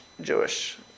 Jewish